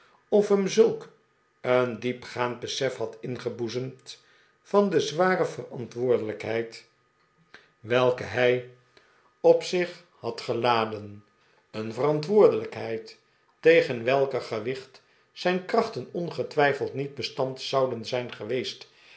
of hem zulk een diepgaand besef had ingeboezemd van de zware verantwoordelijkheid welke hij op zich had geladen een verantwoordelijkheid tegen welker gewicht zijn krachten ongetwijfeld niet bestand zouden zijn geweest